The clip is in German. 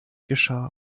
geschah